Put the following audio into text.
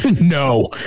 No